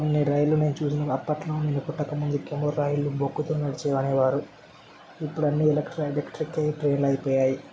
కొన్ని రైళ్ళు మేము చూసినవి అప్పట్లో మేము పుట్టక ముందు కిందట్లా రైలు బొగ్గుతో నడిచేవనేవారు ఇప్పుడు అన్నీ ఎలక్ట్రానిక్ ఎలక్ట్రికల్ ట్రైన్లు అయిపోయాయి